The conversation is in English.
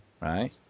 right